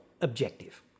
objective